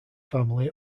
family